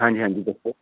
ਹਾਂਜੀ ਹਾਂਜੀ ਦੱਸੋ